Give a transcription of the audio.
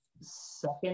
second